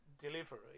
delivery